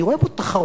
אני רואה פה תחרות,